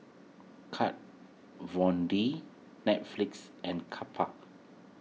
Kat Von D Netflix and Kappa